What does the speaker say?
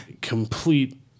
complete